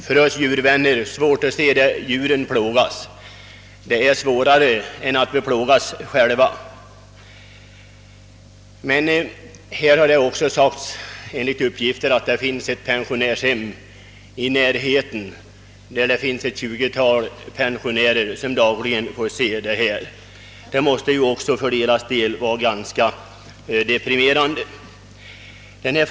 För oss djurvänner är det svårare att se djuren plågas än att plågas själv. Man har också påpekat att det i närheten finns ett pensionärshem med ett tjugotal pensionärer vilka dagligen varit åskådare till det hela. Det måste vara deprimerande för dem.